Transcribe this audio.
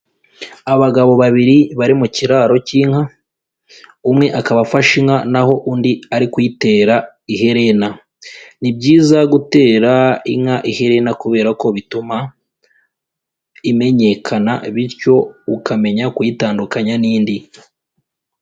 Abagabo babiri bari mu kiraro cy'inka, umwe akaba afashe inka naho undi ari kuyitera iherena, ni byiza gutera inka iherena kubera ko bituma imenyekana bityo ukamenya kuyitandukanya n'indi.